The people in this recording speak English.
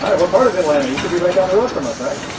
um what part of atlanta you can be right down the road from us, right?